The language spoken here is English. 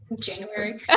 January